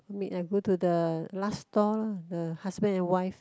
meat I go to the last stall lah the husband and wife